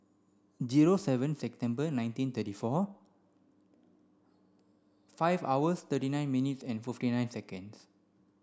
zero seven September nineteen thirty four five hours thirty nine minutes and fifty nine seconds